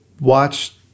watch